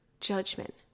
judgment